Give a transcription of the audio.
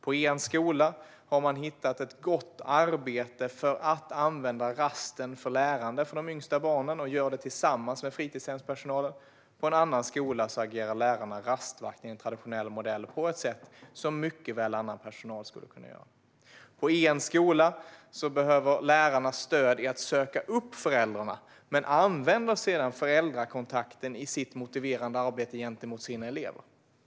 På en skola har man hittat ett gott arbete för att använda rasten till lärande för de yngsta barnen, och man gör det tillsammans med fritidshemspersonalen. På en annan skola agerar lärarna rastvakter enligt traditionell modell, något som mycket väl annan personal skulle kunna göra. På en skola behöver lärarna stöd i att söka upp föräldrarna men sedan använda föräldrakontakten i sitt motiverande arbete gentemot sina elever.